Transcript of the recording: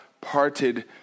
parted